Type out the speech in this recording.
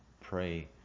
Pray